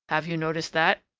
have you noticed that?